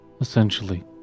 essentially